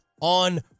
On